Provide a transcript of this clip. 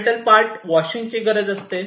metal part washing ची गरज असते